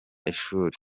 ishuri